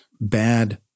bad